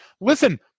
Listen